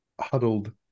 huddled